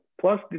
plus